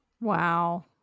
Wow